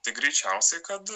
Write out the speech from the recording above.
tai greičiausiai kad